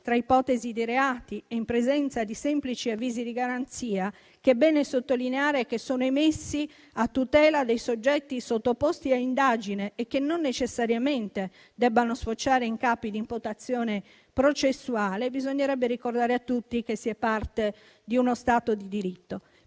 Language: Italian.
tra ipotesi di reato e in presenza di semplici avvisi di garanzia - che, è bene sottolinearlo, sono emessi a tutela dei soggetti sottoposti a indagine e non necessariamente sfociano in capi d'imputazione processuale - bisognerebbe ricordare a tutti che si è parte di uno Stato di diritto.